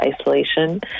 isolation